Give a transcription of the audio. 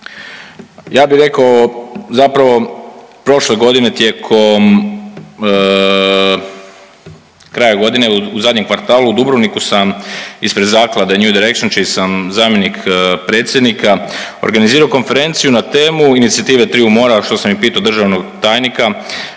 Ja bih rekao zapravo prošle godine tijekom kraja godine, u zadnjem kvartalu u Dubrovnika sam zaklade New Direction čiji sam zamjenik predsjednika, organizirao konferenciju na temu Inicijative triju mora, što sam i pitao državnog tajnika